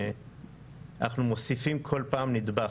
אנחנו מוסיפים כל פעם נדבך.